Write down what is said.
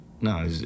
No